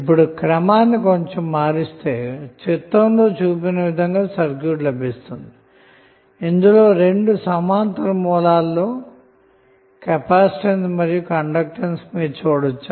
ఇప్పుడు క్రమాన్ని మారిస్తే చిత్రంలో చూపిన విధంగా సర్క్యూట్ లభిస్తుంది ఇందులో రెండు సమాంతరంగా గల కెపాసిటెన్స్ మరియు కండక్టెన్స్ మీరు చూడచ్చు